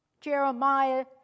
Jeremiah